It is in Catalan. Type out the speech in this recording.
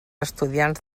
estudiants